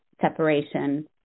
Separation